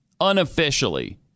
unofficially